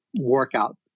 workout